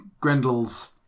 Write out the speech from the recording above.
Grendel's